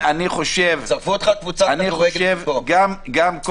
גם כל